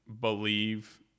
believe